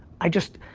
i just,